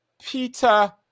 Peter